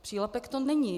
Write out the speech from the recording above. Přílepek to není.